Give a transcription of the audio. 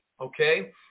Okay